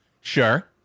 Sure